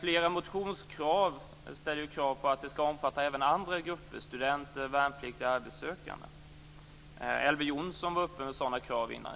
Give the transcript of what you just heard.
flera motioner ställs krav på att det skall omfatta också andra grupper; studenter, värnpliktiga och arbetssökande. Elver Jonsson förde fram sådana krav här tidigare.